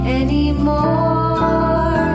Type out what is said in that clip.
anymore